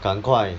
赶快